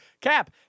Cap